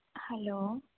hello